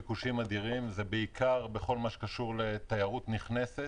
בעיקר בכל מה שקשור בתיירות נכנסת,